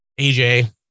AJ